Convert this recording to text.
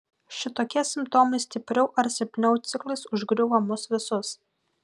šitokie simptomai stipriau ar silpniau ciklais užgriūva mus visus